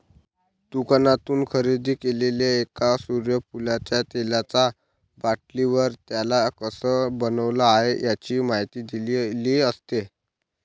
दुकानातून खरेदी केलेल्या एका सूर्यफुलाच्या तेलाचा बाटलीवर, त्याला कसं बनवलं आहे, याची माहिती दिलेली असते